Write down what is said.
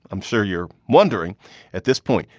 i'm sure you're wondering at this point,